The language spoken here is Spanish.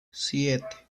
siete